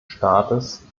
staates